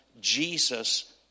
Jesus